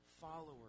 followers